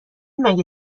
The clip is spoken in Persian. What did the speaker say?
مگه